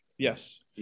Yes